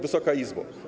Wysoka Izbo!